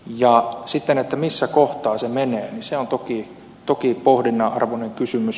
ja sitten se missä kohtaa se menee on toki pohdinnan arvoinen kysymys